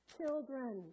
children